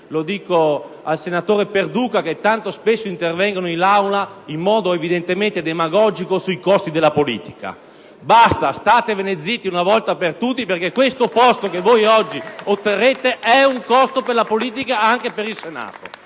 Gotti, Lannutti e Perduca, che tanto spesso intervengono in Aula in modo evidentemente demagogico sui costi della politica: basta! Statevene zitti una volta per tutte, perché il posto che oggi otterrete rappresenta un costo per la politica ed anche per il Senato.